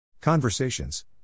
Conversations